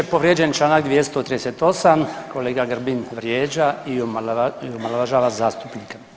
Povrijeđen je čl. 238. kolega Grbin vrijeđa i omalovažava zastupnika.